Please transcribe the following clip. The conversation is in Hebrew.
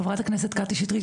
חברת הכנסת קטי שטרית,